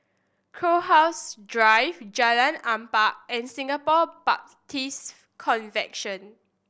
Crowhurst Drive Jalan Ampang and Singapore Baptist Convention